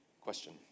question